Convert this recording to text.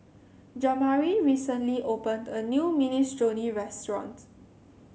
Jamari recently opened a new Minestrone restaurant